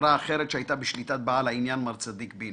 חברה אחרת שהייתה בשליטת בעל העניין מר צדיק בינו.